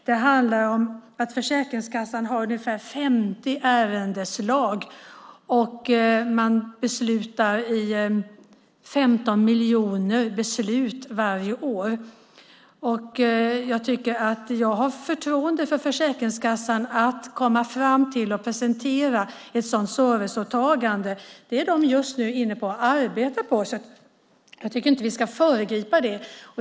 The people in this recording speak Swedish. Det handlar om att Försäkringskassan har ungefär 50 ärendeslag, och man fattar 15 miljoner beslut varje år. Jag har förtroende för att Försäkringskassan kommer fram till och presenterar ett sådant serviceåtagande. Det arbetar de just nu med, så jag tycker inte att vi ska föregripa det.